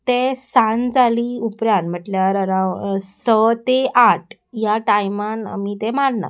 ते सांज जाली उपरांत म्हटल्यार अराउंड स ते आठ ह्या टायमान आमी ते मारनात